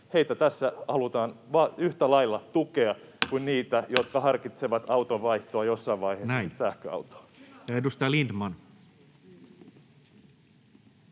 tässä halutaan yhtä lailla tukea kuin niitä, jotka harkitsevat auton vaihtoa jossain vaiheessa sähköautoon. Näin. — Ja edustaja Lindtman.